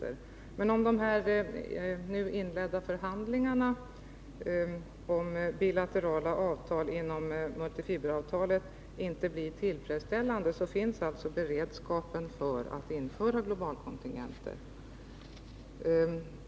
Om resultatet av de nu inledda förhandlingarna om bilaterala multifiberavtal inte blir tillfredsställande, finns alltså beredskapen för att införa globalkontingenter.